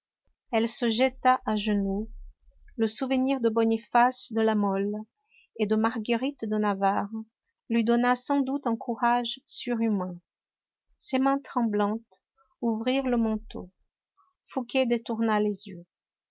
elle se jeta à genoux le souvenir de boniface de la mole et de marguerite de navarre lui donna sans doute un courage surhumain ses mains tremblantes ouvrirent le manteau fouqué détourna les yeux